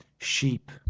sheep